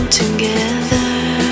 together